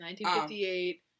1958